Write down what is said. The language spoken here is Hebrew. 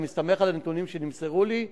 אני מסתמך על הנתונים שנמסרו לי,